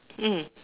mm